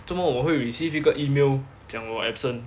怎么我会 receive 一个 email 讲我 absent